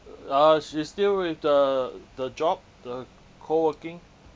uh she's still with the the job the coworking